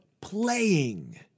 playing